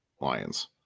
Lions